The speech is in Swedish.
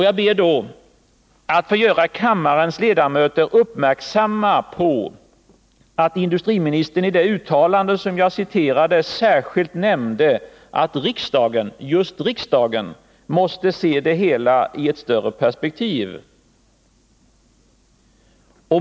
Jag ber då att få göra kammarens ledamöter uppmärksamma på att industriministern i det uttalande som jag citerade särskilt nämnde att just riksdagen måste se det hela i ett större perspektiv.